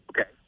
Okay